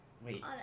Wait